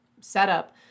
setup